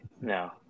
No